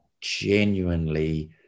genuinely